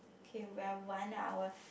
okay we're one hour f~